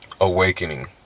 awakening